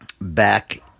back